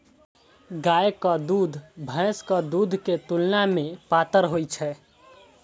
गायक दूध भैंसक दूध के तुलना मे पातर होइ छै